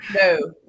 No